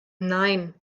nein